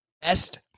best